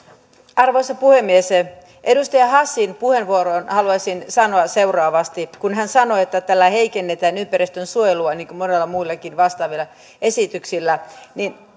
arvoisa puhemies edustaja hassin puheenvuoroon haluaisin sanoa seuraavasti kun hän sanoi että tällä heikennetään ympäristönsuojelua niin kuin monilla muillakin vastaavilla esityksillä